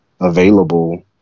available